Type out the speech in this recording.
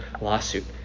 lawsuit